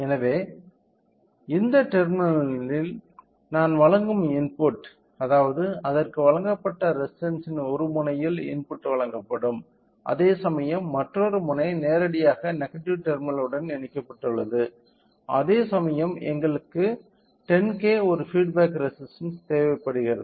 எனவே இந்த டெர்மினலில் நான் வழங்கும் இன்புட் அதாவது அதற்கு வழங்கப்பட்ட ரெசிஸ்டன்ஸ்ன் ஒரு முனையில் இன்புட் வழங்கப்படும் அதேசமயம் மற்றொரு முனை நேரடியாக நெகடிவ் டெர்மினல் உடன் இணைக்கப்பட்டுள்ளது அதேசமயம் எங்களுக்கு 10K ஒரு பீட் பேக் ரெசிஸ்டன்ஸ் தேவைப்படுகிறது